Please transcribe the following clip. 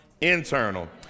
internal